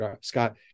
Scott